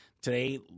Today